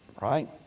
right